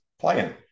playing